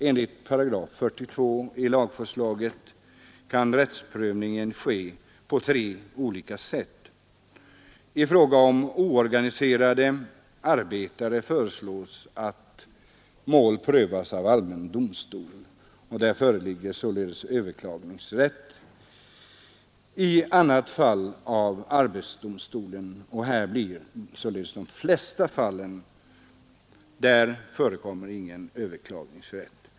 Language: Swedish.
Enligt 42 § i lagförslaget kan rättsprövningen ske på tre olika sätt. I fråga om oorganiserade arbetare föreslås att mål prövas av allmän domstol, och där föreligger således överklagningsrätt. För övrigt, och det gäller således de flesta fallen, skall prövning ske av arbetsdomstolen, och här förekommer ingen överklagningsrätt.